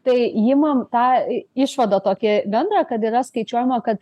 tai imam tą išvadą tokią bendrą kad yra skaičiuojama kad